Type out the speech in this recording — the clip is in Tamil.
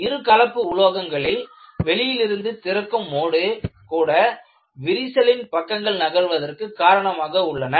இரு கலப்பு உலோகங்களில் வெளியிலிருந்து திறக்கும் மோடு கூட விரிசலின் பக்கங்கள் நகர்வதற்கு காரணமாக உள்ளன